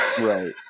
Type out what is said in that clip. Right